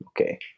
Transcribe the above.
Okay